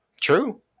true